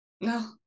No